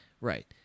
right